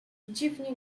dziwnie